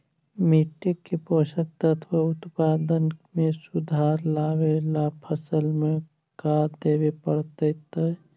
मिट्टी के पोषक तत्त्व और उत्पादन में सुधार लावे ला फसल में का देबे पड़तै तै?